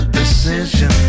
decision